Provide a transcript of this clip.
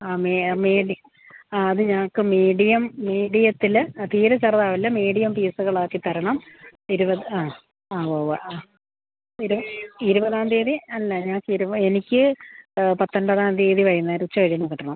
ആ മീ മീഡി ആ അത് ഞങ്ങൾക്ക് മീഡിയം മീഡിയത്തിൽ തീരെ ചെറുതാവല്ല് മീഡിയം പീസുകളാക്കി തരണം ഇരുപത് ആ ആ ഉവ്വ് ആ ഇരു ഇരുപതാം തീയതി അല്ല ഞങ്ങൾക്ക് ഇരുപ എനിക്ക് പത്തൊൻപതാം തീയതി വൈകുന്നേരം ഉച്ച കഴിയുമ്പോൾ കിട്ടണം